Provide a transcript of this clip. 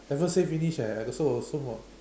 haven't say finish eh I still got so more